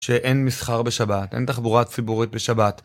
שאין מסחר בשבת, אין תחבורה ציבורית בשבת.